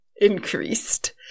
increased